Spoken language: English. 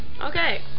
Okay